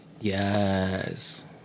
Yes